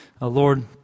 Lord